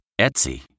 Etsy